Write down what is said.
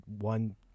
one